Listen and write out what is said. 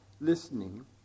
listening